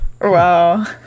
wow